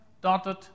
dotted